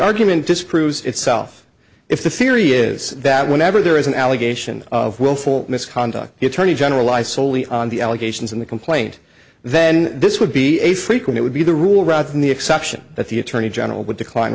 argument disproves itself if the theory is that whenever there is an allegation of willful misconduct the attorney general lies soley on the allegations in the complaint then this would be a frequent it would be the rule rather than the exception that the attorney general would decline